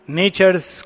nature's